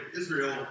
Israel